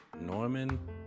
Norman